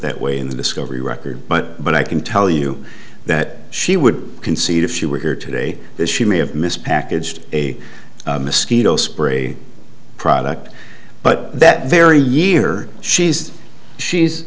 that way in the discovery record but but i can tell you that she would concede if she were here today that she may have missed packaged a mosquito spray product but that very year she says she's